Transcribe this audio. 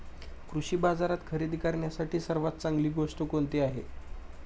कृषी बाजारात खरेदी करण्यासाठी सर्वात चांगली गोष्ट कोणती आहे?